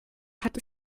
hat